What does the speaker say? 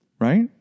Right